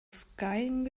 skiing